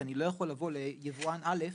כי אני לא יכול לבוא ליבואן א'